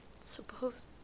suppose